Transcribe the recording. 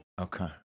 Okay